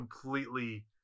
completely